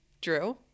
Drew